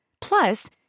Plus